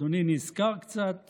אדוני נזכר קצת